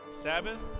Sabbath